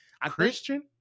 Christian